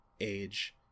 age